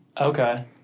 Okay